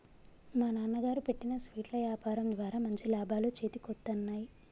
మా నాన్నగారు పెట్టిన స్వీట్ల యాపారం ద్వారా మంచి లాభాలు చేతికొత్తన్నయ్